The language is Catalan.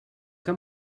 que